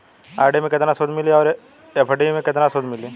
RD मे केतना सूद मिली आउर एफ.डी मे केतना सूद मिली?